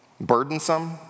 Burdensome